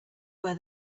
where